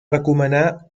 recomanar